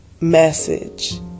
message